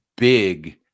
big